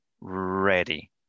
ready